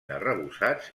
arrebossats